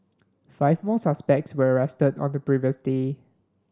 five more suspects were arrested on the previous day